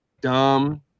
dumb